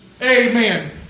Amen